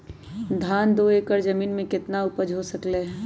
धान दो एकर जमीन में कितना उपज हो सकलेय ह?